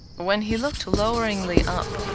when he looked loweringly up,